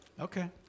Okay